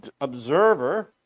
observer